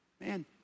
man